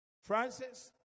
Francis